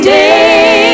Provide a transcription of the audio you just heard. day